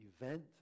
event